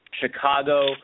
Chicago